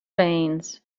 veins